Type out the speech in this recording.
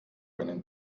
einen